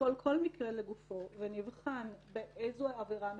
נשקול כל מקרה לגופו ונבחן באיזו עבירה מדובר,